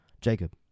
Jacob